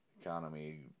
economy